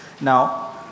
Now